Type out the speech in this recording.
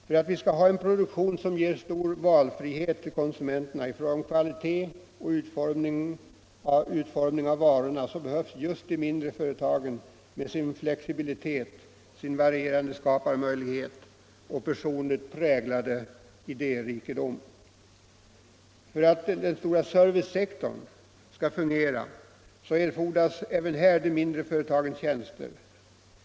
För att vi skall ha en produktion som ger stor valfrihet för konsumenterna i fråga om varors kvalitet och utformning behövs just de mindre företagen med sin flexibilitet, sin varierande skaparmöjlighet och sin personligt präglade idérikedom. För att den stora servicesektorn skall fungera erfordras likaså de mindre företagens tjänster.